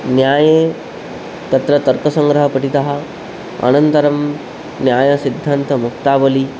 न्याये तत्र तर्कसङ्ग्रहः पठितः अनन्तरं न्यायसिद्धान्तमुक्तावली